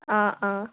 অঁ অঁ